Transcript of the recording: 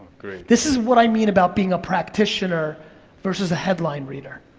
this is what i mean about being a practitioner versus a headline reader.